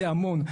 זה המון.